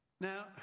Now